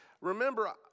Remember